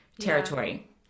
territory